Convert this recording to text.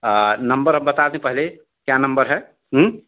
number अब बात दी पहले क्या नंबर है